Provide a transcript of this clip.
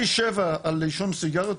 פי שבע על עישון סיגריות.